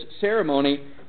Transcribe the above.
ceremony